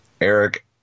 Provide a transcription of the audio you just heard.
Eric